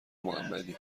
محمدی